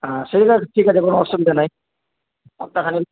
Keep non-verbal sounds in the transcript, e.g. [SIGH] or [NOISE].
সে [UNINTELLIGIBLE] ঠিক আছে কোনও অসুবিধা নেই সপ্তাখানেক